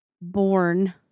born